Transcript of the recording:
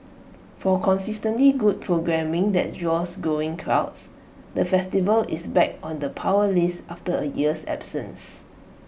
for consistently good programming that draws growing crowds the festival is back on the power list after A year's absence